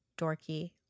dorky